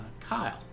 Kyle